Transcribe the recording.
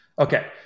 Okay